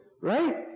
Right